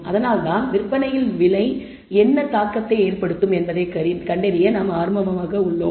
அதனால்தான் விற்பனையில் விலை என்ன தாக்கத்தை ஏற்படுத்தும் என்பதைக் கண்டறிய நாம் ஆர்வமாக உள்ளோம்